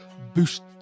boost